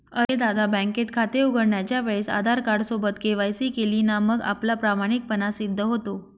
अरे दादा, बँकेत खाते उघडण्याच्या वेळेस आधार कार्ड सोबत के.वाय.सी केली ना मग आपला प्रामाणिकपणा सिद्ध होतो